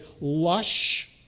lush